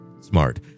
smart